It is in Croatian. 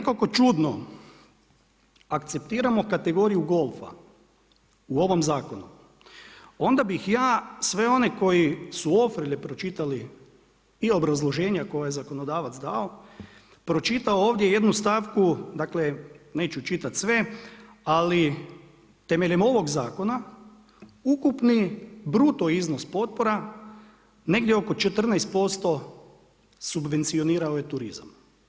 I kada nekako čudno akceptiramo kategoriju golfa u ovom zakonu onda bih ja sve one koji su ofrlje pročitali i obrazloženja koja je zakonodavac dao pročitao ovdje i jednu stavku, dakle neću čitati sve ali temeljem ovog zakona ukupni bruto iznos potpora negdje oko 14% subvencionirao je turizam.